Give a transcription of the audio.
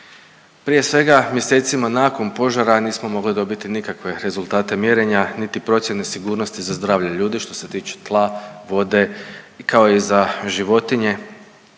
Prije svega mjesecima nakon požara nismo mogli dobiti nikakve rezultate mjerenja niti procjene sigurnosti za zdravlje ljudi što se tiče tla, vode kao i za životinje